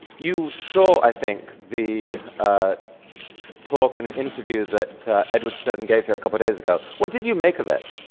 you saw, i think, the talk and interview that edward snowden gave here a couple days ago. what did you make of it?